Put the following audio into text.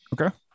okay